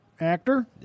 actor